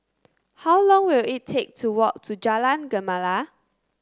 how long will it take to walk to Jalan Gemala